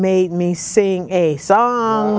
made me saying a song